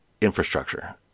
infrastructure